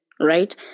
right